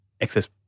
excess